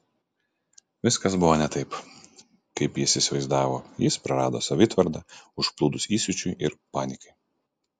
viskas buvo ne taip kaip jis įsivaizdavo jis prarado savitvardą užplūdus įsiūčiui ir panikai